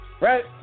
Right